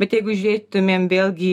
bet jeigu žiūrėtumėm vėlgi